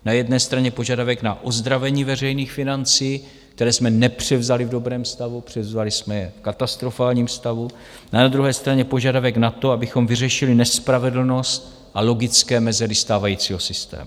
Na jedné straně požadavek na ozdravení veřejných financí, které jsme nepřevzali v dobrém stavu, převzali jsme je v katastrofálním stavu, a na druhé straně požadavek na to, abychom vyřešili nespravedlnost a logické mezery stávajícího systému.